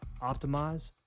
optimize